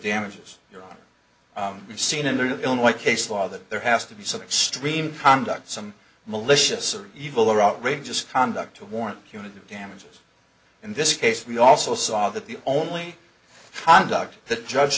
damages your we've seen in the illinois case law that there has to be some extreme conduct some malicious or evil or outrageous conduct to warrant human damages in this case we also saw that the only conduct the judge